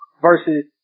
versus